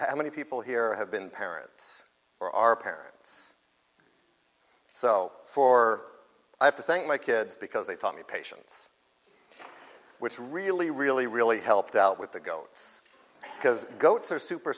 how many people here have been parents or our parents so for i have to thank my kids because they taught me patience which really really really helped out with the goats because goats are super